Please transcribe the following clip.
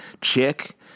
chick